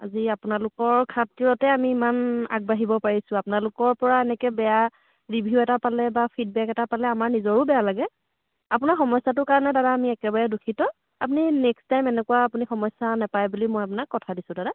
আজি আপোনালোকৰ খাতিৰতে আমি ইমান আগবাঢ়িব পাৰিছোঁ আপোনালোকৰ পৰা এনেকৈ বেয়া ৰিভিউ এটা পালে বা ফিডবেক এটা পালে আমাৰ নিজৰো বেয়া লাগে আপোনাৰ সমস্যাটোৰ কাৰণে আমি একেবাৰে দুঃখিত আপুনি নেক্সট টাইম এনেকুৱা আপুনি সমস্যা নেপায় বুলি মই আপোনাক কথা দিছোঁ দাদা